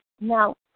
Now